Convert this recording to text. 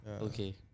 Okay